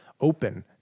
open